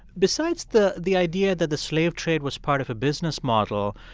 besides the the idea that the slave trade was part of a business model,